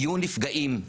יהיו נפגעים.